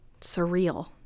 surreal